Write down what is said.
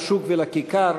לשוק ולכיכר",